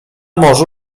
morzu